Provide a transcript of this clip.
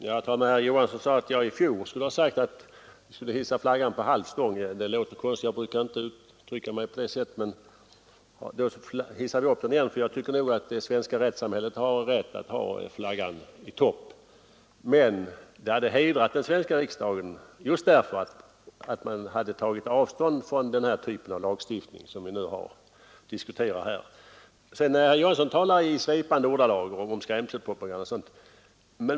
Herr talman! Herr Johansson i Växjö sade att jag i fjol skulle ha sagt att vi skulle hissa flaggan på halv stång. Det låter konstigt — jag brukar inte uttrycka mig på det sättet. Men hissa då upp den igen, för jag tycker nog att det svenska rättssamhället har rätt att ha flaggan i topp. Men det hade — just därför — hedrat den svenska riksdagen om man hade tagit avstånd från den typ av lagstiftning som vi nu diskuterar. Herr Johansson talar i svepande ordalag om skrämselpropaganda.